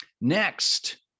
Next